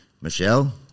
Michelle